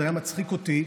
זה היה מצחיק אותי,